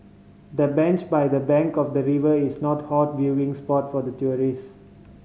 the bench by the bank of the river is a not hot viewing spot for tourist